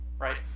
right